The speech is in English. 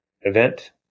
event